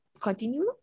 continue